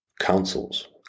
councils